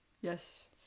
Yes